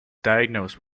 diagnosed